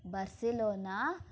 Barcelona